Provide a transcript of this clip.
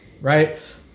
right